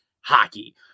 hockey